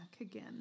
again